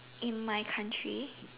in my country